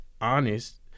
honest